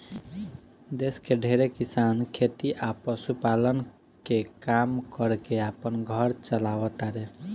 देश के ढेरे किसान खेती आ पशुपालन के काम कर के आपन घर चालाव तारे